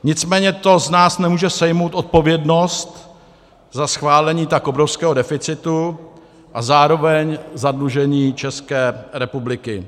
Nicméně to z nás nemůže sejmout odpovědnost za schválení tak obrovského deficitu a zároveň zadlužení České republiky.